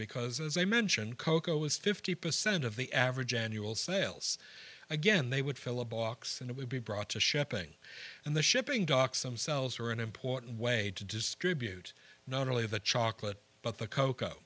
because as i mentioned cocoa is fifty percent of the average annual sales again they would fill a box and it would be brought to shipping and the shipping docks themselves are an important way to distribute not only the chocolate but the cocoa